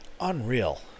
Unreal